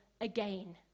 again